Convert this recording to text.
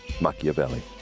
Machiavelli